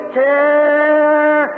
care